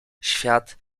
świat